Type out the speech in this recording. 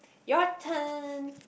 your turn